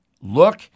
Look